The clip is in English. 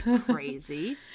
crazy